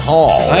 Hall